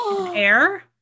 air